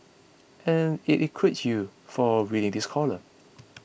and it includes you for reading this column